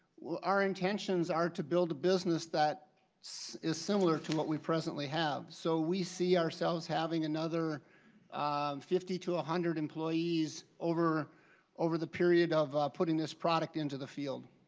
our intentions are to build a business that is similar to what we presently have. so we see ourselves having another fifty one ah hundred employees over over the period of putting this project into the field.